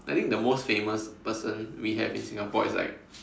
I think the most famous person we have in Singapore is like